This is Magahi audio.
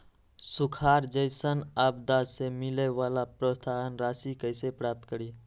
सुखार जैसन आपदा से मिले वाला प्रोत्साहन राशि कईसे प्राप्त करी?